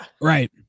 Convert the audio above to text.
Right